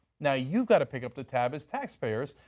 now you've got to pick up the tab as taxpayers,